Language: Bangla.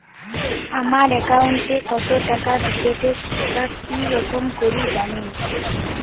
আমার একাউন্টে কতো টাকা ঢুকেছে সেটা কি রকম করি জানিম?